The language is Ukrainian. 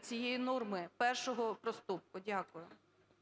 цієї норми першого проступку. Дякую. ГОЛОВУЮЧИЙ.